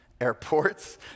Airports